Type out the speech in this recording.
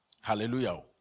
Hallelujah